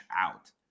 out